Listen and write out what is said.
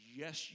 yes